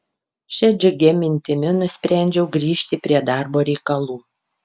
šia džiugia mintimi nusprendžiau grįžti prie darbo reikalų